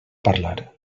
parlar